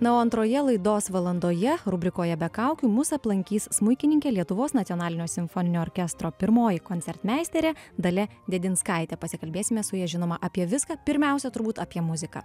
na o antroje laidos valandoje rubrikoje be kaukių mus aplankys smuikininkė lietuvos nacionalinio simfoninio orkestro pirmoji koncertmeisterė dalia dėdinskaitė pasikalbėsime su ja žinoma apie viską pirmiausia turbūt apie muziką